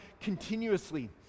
continuously